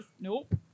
Nope